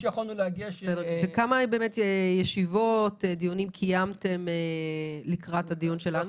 וכמה ישיבות, דיונים, קיימתם לקראת הדיון שלנו?